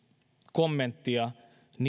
kommenttia